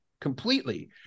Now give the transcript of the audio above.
completely